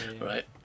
Right